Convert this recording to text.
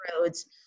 Roads